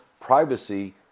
Privacy